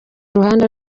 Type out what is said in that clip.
ruhande